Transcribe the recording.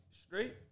straight